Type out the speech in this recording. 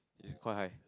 it's quite high